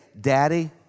Daddy